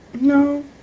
No